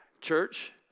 Church